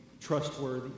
trustworthy